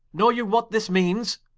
know you what this meanes?